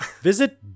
Visit